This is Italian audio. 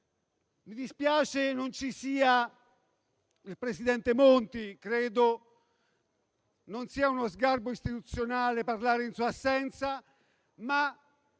Mi dispiace non sia presente il presidente Monti. Credo non sia uno sgarbo istituzionale parlare in sua assenza, ma